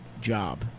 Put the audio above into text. job